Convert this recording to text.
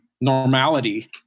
normality